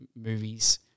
movies